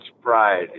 pride